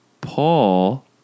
Paul